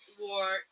war